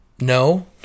No